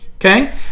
okay